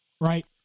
right